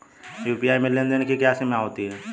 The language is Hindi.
यू.पी.आई में लेन देन की क्या सीमा होती है?